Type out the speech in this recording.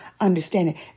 understanding